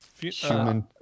Human